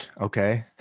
Okay